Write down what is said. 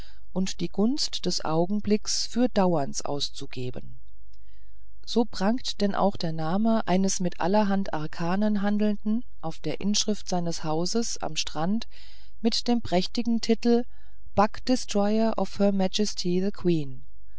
und die gunst des augenblicks für dauerns auszugeben so prangt denn auch der name eines mit allerhand arkanen handelnden auf der inschrift seines hauses am strand mit dem prächtigen titel bugdestroyer to her